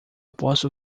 posso